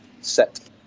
set